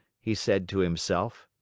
he said to himself.